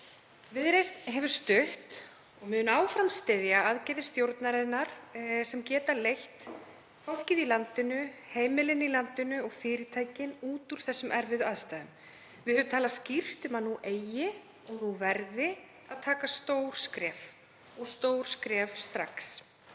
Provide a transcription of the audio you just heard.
Viðreisn hefur stutt og mun áfram styðja aðgerðir stjórnarinnar sem geta leitt fólkið í landinu, heimilin og fyrirtækin út úr þessum erfiðu aðstæðum. Við höfum talað skýrt um að nú eigi og nú verði að taka stór skref og stór skref strax.